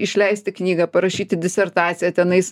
išleisti knygą parašyti disertaciją tenais